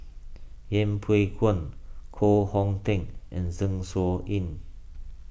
Yeng Pway Ngon Koh Hong Teng and Zeng Shouyin